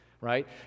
Right